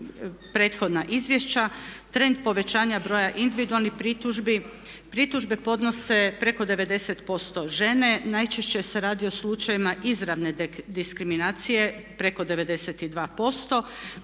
prethodna izvješća trend povećanja broja individualnih pritužbi. Pritužbe podnose preko 90% žene. Najčešće se radi o slučajevima izravne diskriminacije, preko 92%